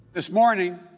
this morning,